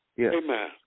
Amen